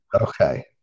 Okay